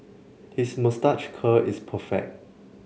his moustache curl is perfect